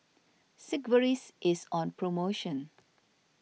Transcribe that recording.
Sigvaris is on promotion